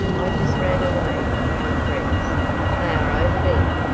i just ran away from my friends they are over there.